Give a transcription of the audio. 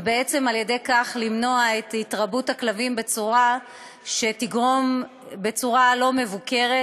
ובעצם על-ידי כך למנוע את התרבות הכלבים בצורה לא מבוקרת,